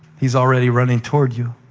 he's already running toward you.